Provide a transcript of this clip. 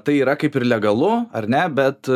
tai yra kaip ir legalu ar ne bet